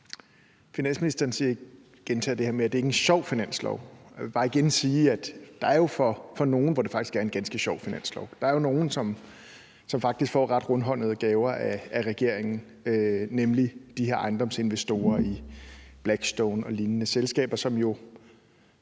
Finansministeren gentager det her med, at det ikke er et sjovt finanslovsforslag. Jeg vil bare igen sige, at for nogen er det faktisk et ganske sjovt finanslovsforslag. Der er jo nogen, som faktisk får ret rundhåndede gaver af regeringen, nemlig de her ejendomsinvestorer i Blackstone og lignende selskaber, som jo